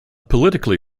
politically